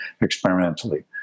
experimentally